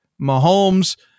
Mahomes